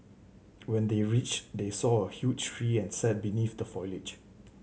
when they reached they saw a huge tree and sat beneath the foliage